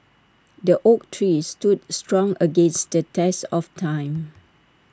the oak tree stood strong against the test of time